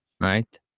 right